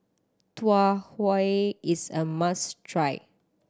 Tau Huay is a must try